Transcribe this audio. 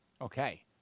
Okay